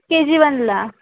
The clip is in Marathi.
के जी वनला